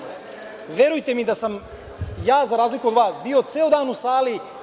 Verujte mi da sam ja, za razliku od vas, bio ceo dan u sali.